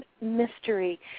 mystery